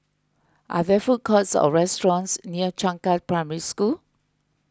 are there food courts or restaurants near Changkat Primary School